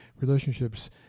relationships